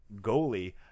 goalie